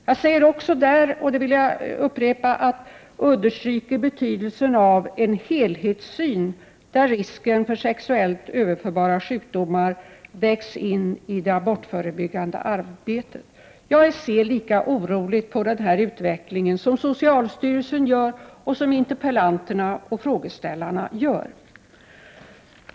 Jag säger också där, och det vill jag upprepa, att jag understryker ”betydelsen av en helhetssyn där risken för sexuellt överförbara sjukdomar vägs in i det abortförebyggande arbetet.” Jag ser lika allvarligt på denna utveckling som socialstyrelsen gör och som interpellanten och frågeställarna gör.